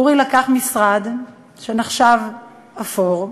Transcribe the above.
אורי לקח משרד שנחשב אפור,